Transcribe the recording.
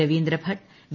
Ravindra Bhat V